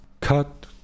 cut